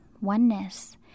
oneness